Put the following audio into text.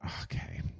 Okay